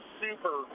super